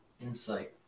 insight